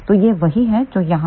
तो यह वही है जो यहाँ पर है